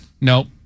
nope